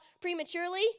prematurely